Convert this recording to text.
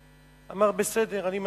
אמר: בסדר, אני מסכים,